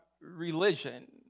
religion